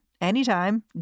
anytime